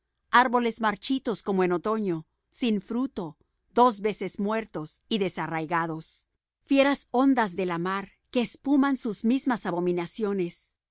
árboles marchitos como en otoño sin fruto dos veces muertos y desarraigados fieras ondas de la mar que espuman sus mismas abominaciones